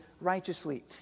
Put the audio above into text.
righteously